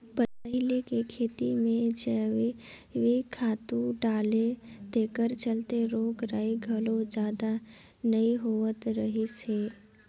पहिले के खेती में जइविक खातू डाले तेखर चलते रोग रगई घलो जादा नइ होत रहिस हे